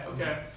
Okay